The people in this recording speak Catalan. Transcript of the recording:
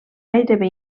gairebé